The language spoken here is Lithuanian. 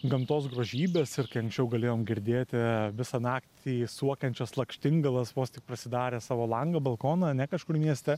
gamtos grožybes ir kai anksčiau galėjom girdėti visą naktį suokiančias lakštingalas vos tik prasidarę savo langą balkoną ane kažkur mieste